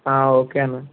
okay అన్న